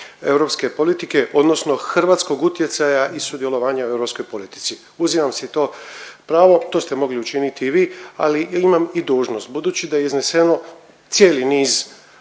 europske politike odnosno hrvatskog utjecaja i sudjelovanja u europskoj politici. Uzimam si to pravo, to ste mogli učiniti i vi, ali imam i dužnost. Budući da je izneseno cijeli niz